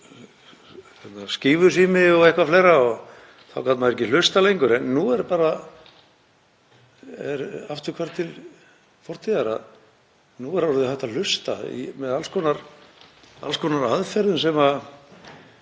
skífusími og eitthvað fleira og þá gat maður ekki hlustað lengur. Nú er bara afturhvarf til fortíðar. Nú er hægt að hlusta með alls konar aðferðum sem